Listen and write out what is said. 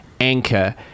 anchor